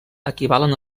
equivalen